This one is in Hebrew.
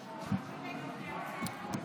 תרשום שאני מתנגד.